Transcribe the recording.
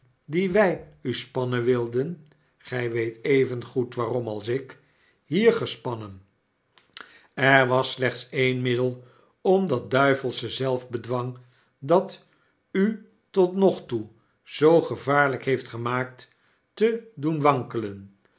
dien wy u spannen wilden gy weet evengoed waarom als ik hier gespannen er was slechts een middel om dat duivelsche zelf bedwang dat u tot nog toe zoo gevaarlyk heeft gemaakt te doen wankelen